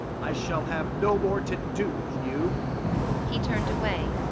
i shall have no more to do with you he turned away,